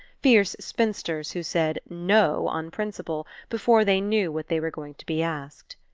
fierce spinsters who said no on principle before they knew what they were going to be asked.